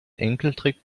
enkeltrick